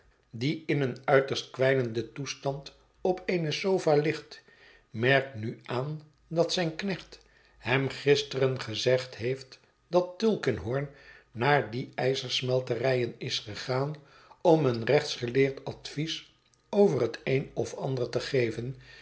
die in een uiterst kwijnenden toestand op eene sofa ligt merkt nu aan dat zijn knecht hem gisteren gezegd heeft dat tulkinghorn naar die ijzersmelterijen is gegaan om een rechtsgeleerd advies over het een of ander te geven